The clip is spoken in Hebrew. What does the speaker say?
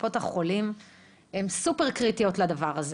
קופות החולים הן סופר קריטיות לדבר הזה.